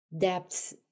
depths